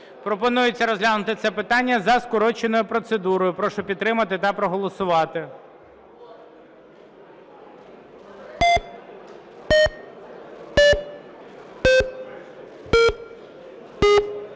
Пропонується розглянути це питання за скороченою процедурою. Прошу підтримати та проголосувати.